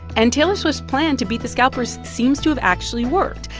and taylor swift's plan to beat the scalpers seems to have actually worked.